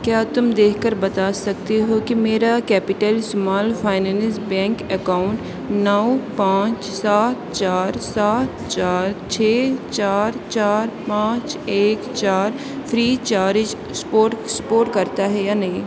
کیا تم دیکھ کر بتا سکتے ہو کہ میرا capital small finance bank account نو پانچ سات چار سات چار چھ چار چار پانچ ایک چار فری چارج اسپوٹ اسپورٹ کرتا ہے یا نہیں